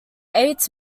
eight